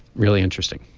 really interesting